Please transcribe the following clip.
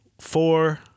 four